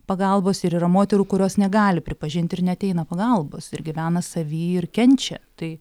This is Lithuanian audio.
pagalbos ir yra moterų kurios negali pripažinti ir neateina pagalbos ir gyvena savy ir kenčia tai